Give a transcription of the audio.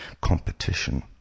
competition